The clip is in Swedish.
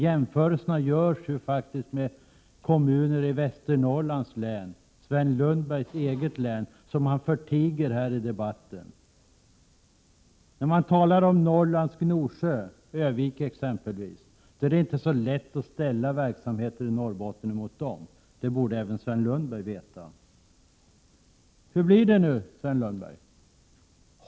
Jämförelserna i den görs faktiskt med kommuner i Västernorrlands län, Sven Lundbergs hemlän, något som han förtiger här i debatten. Det är t.ex. inte så lätt att ställa verksamheten i Norrbotten mot verksamheten i exempelvis ”Norrlands Gnosjö”, Örnsköldsvik. Det borde även Sven Lundberg veta. Hur blir det nu, Sven Lundberg?